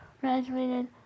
graduated